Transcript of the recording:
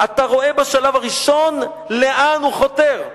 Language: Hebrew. אתה רואה בשלב הראשון לאן הוא חותר.